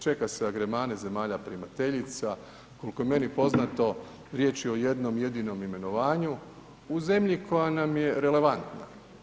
Čeka se agremane zemalja primateljica, koliko je meni poznato riječ je o jednom jedinom imenovanju u zemlji koja nam je relevantna.